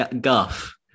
guff